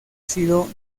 sido